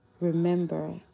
Remember